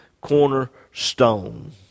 cornerstone